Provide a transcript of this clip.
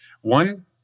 One